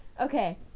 Okay